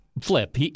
flip